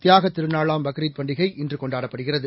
தியாகத் திருநாளாம் பக்ரித் பண்டிகை இன்றுகொண்டாடப்படுகிறது